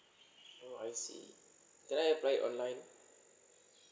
oh I see can I apply it online